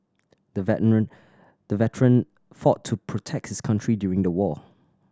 the veteran the fought to protect his country during the war